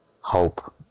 hope